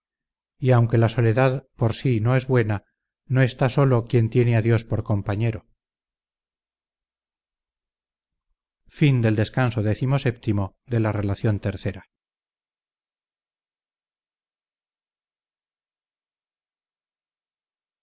y aunque la soledad por si no es buena no está solo quien tiene a dios por compañero